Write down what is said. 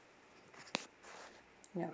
ya